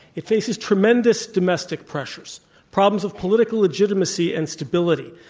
it faces tremendous domestic pressures problems of political legitimacy and stability,